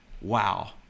Wow